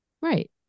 Right